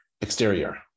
Exterior